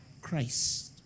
christ